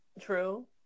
true